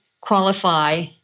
qualify